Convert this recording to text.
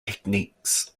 techniques